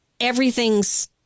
everything's